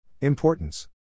Importance